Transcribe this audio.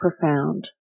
profound